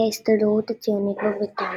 נשיא ההסתדרות הציונית בבריטניה.